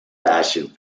fashioned